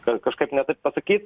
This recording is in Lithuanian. ten kažkaip ne taip pasakyt